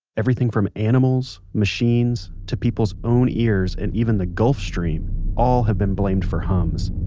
everything from animals, machines, to people's own ears and even the gulf stream all have been blamed for hums.